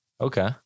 Okay